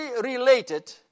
related